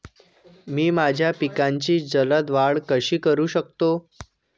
मी माझ्या पिकांची जलद वाढ कशी करू शकतो?